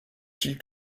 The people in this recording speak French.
qu’il